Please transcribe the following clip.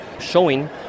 showing